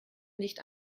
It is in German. nicht